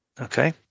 okay